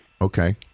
Okay